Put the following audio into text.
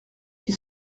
qui